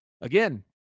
Again